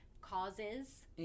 causes